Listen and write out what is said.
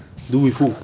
do with who